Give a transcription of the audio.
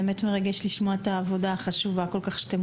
באמת מרגש לשמוע את העבודה החשובה כל כך שאתם